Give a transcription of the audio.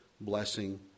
blessing